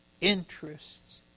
interests